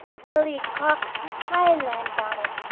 willie cocks his highland bonnet,